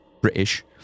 British